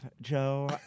Joe